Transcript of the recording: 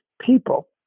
people